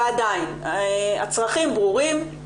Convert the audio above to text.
ועדיין, הצרכים ברורים,